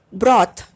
broth